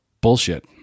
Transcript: bullshit